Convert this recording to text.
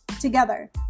Together